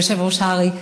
יושב-ראש הר"י,